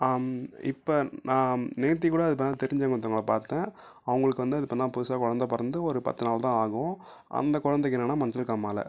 இப்போ நான் நேற்றுக் கூட அது பண்ண தெரிஞ்சவங்க ஒருத்தவங்கள பார்த்தேன் அவங்களுக்கு வந்து அது இப்போ தான் புதுசாக குழந்த பிறந்து ஒரு பத்து நாள் தான் ஆகும் அந்த குழந்தைக்கி என்னென்னா மஞ்சள் காமாலை